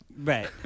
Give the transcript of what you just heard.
Right